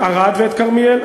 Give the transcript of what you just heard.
את ערד ואת כרמיאל,